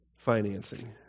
financing